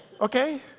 Okay